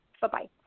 Bye-bye